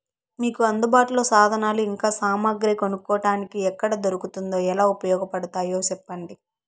మీకు అందుబాటులో సాధనాలు ఇంకా సామగ్రి కొనుక్కోటానికి ఎక్కడ దొరుకుతుందో ఎలా ఉపయోగపడుతాయో సెప్పండి?